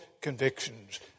convictions